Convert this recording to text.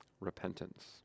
Repentance